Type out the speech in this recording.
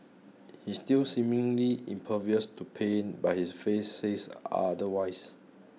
he's still seemingly impervious to pain but his face says otherwise